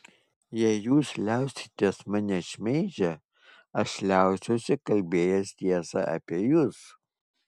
jei jūs liausitės mane šmeižę aš liausiuosi kalbėjęs tiesą apie jus